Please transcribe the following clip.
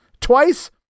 twice